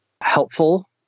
helpful